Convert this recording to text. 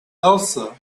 elsa